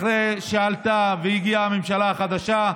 אחרי שעלתה והגיעה הממשלה החדשה,